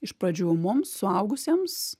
iš pradžių mums suaugusiems